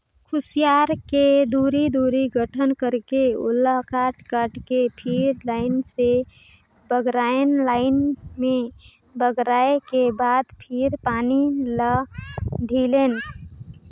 खुसियार के दूरी, दूरी गठन करके ओला काट काट के फिर लाइन से बगरायन लाइन में बगराय के बाद फिर पानी ल ढिलेन